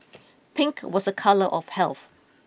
pink was a colour of health